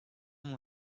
him